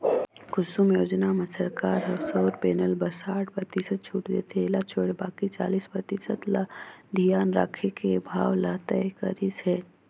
कुसुम योजना म सरकार ह सउर पेनल बर साठ परतिसत छूट देथे एला छोयड़ बाकि चालीस परतिसत ल धियान राखके भाव ल तय करिस हे